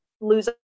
lose